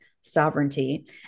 sovereignty